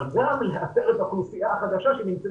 אבל --- האוכלוסייה החדשה שנמצאת